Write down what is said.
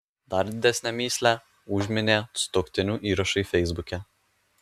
dar didesnę mįslę užminė sutuoktinių įrašai feisbuke